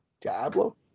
Diablo